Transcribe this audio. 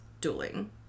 dueling